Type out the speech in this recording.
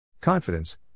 Confidence